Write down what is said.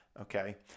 Okay